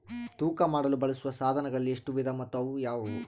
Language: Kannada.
ತೂಕ ಮಾಡಲು ಬಳಸುವ ಸಾಧನಗಳಲ್ಲಿ ಎಷ್ಟು ವಿಧ ಮತ್ತು ಯಾವುವು?